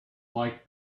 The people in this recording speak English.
like